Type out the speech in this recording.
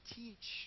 teach